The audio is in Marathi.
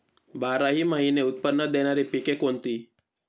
बाराही महिने उत्त्पन्न देणारी पिके कोणती?